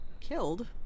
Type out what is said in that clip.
killed